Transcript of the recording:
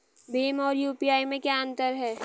भीम और यू.पी.आई में क्या अंतर है?